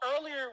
earlier